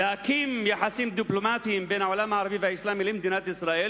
לכונן יחסים דיפלומטיים בין העולם הערבי והאסלאמי למדינת ישראל,